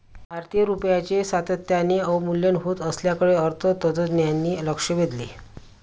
भारतीय रुपयाचे सातत्याने अवमूल्यन होत असल्याकडे अर्थतज्ज्ञांनी लक्ष वेधले